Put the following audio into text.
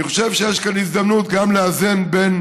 אני חושב שיש כאן הזדמנות גם לאזן בין